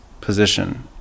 position